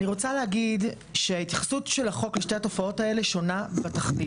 אני רוצה להגיד שההתייחסות של החוק לשתי התופעות האלה שונה בתכלית.